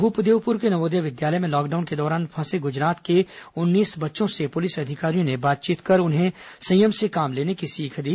भूपदेवपुर के नवोदय विद्यालय में लॉकडाउन के दौरान फंसे गुजरात के उन्नीस बच्चों से पूलिस अधिकारियों ने बातचीत कर उन्हें संयम से काम लेने के सीख दी